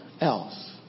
else